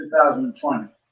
2020